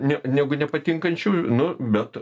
ne negu nepatinkančiųjų nu bet